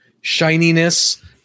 shininess